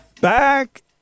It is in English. Back